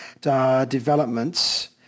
developments